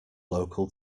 local